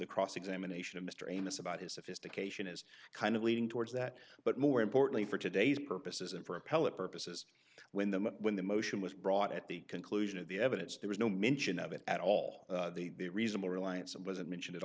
the cross examination of mr amos about his sophistication is kind of leading towards that but more importantly for today's purposes and for appellate purposes when the when the motion was brought at the conclusion of the evidence there was no mention of it at all the reasonable reliance it wasn't mentioned